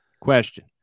question